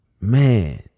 Man